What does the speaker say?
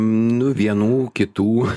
nu vienų kitų